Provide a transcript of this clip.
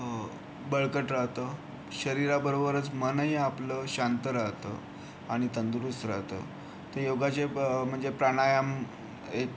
बळकट राहतं शरीराबरोबरच मनही आपलं शांत राहतं आणि तंदुरुस्त राहतं ते योग जे म्हणजे प्राणायाम एक